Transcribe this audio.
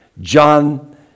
John